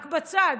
רק בצד,